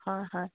হয় হয়